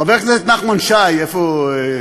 חבר הכנסת נחמן שי, איפה?